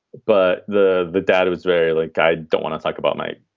but the the data was very like, i don't want to talk about my.